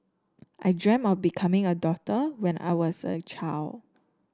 I dreamt of becoming a doctor when I was a child